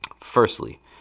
Firstly